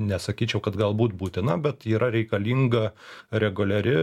nesakyčiau kad galbūt būtina bet yra reikalinga reguliari